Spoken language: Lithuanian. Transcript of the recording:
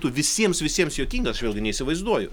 tu visiems visiems juokingas vėlgi neįsivaizduoju